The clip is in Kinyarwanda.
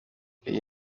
iyi